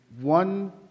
one